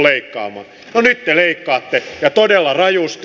no nyt te leikkaatte ja todella rajusti